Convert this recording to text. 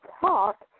talk